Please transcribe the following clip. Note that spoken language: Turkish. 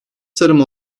tarım